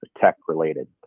tech-related